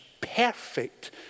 perfect